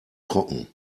trocken